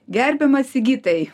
gerbiamas sigitai